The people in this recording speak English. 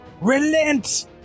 relent